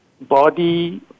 body